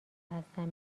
هستم